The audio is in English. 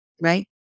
right